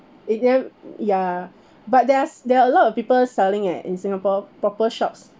it then ya but there's there are a lot of people selling leh in singapore proper shops